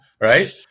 right